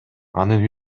анын